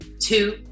two